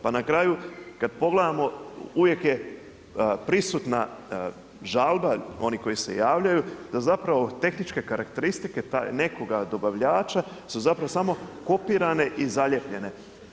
Pa na kraju kad pogledamo uvijek je prisutna žalba, oni koji se javljaju da zapravo tehničke karakteristike tog nekoga dobavljača su zapravo samo kopirane i zalijepljene.